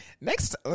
next